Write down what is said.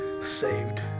saved